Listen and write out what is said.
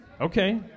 okay